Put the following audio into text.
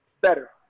better